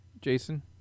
Jason